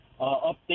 update